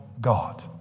God